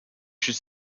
should